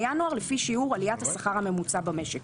ינואר לפי שיעור עליית השכר הממוצע במשק.